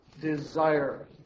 desire